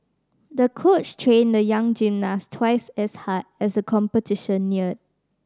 the coach trained the young gymnast twice as hard as the competition neared